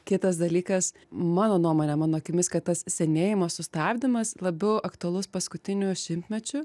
kitas dalykas mano nuomone mano akimis kad tas senėjimo sustabdymas labiau aktualus paskutiniu šimtmečiu